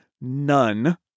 none